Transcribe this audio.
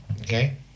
Okay